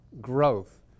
growth